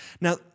Now